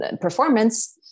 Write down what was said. performance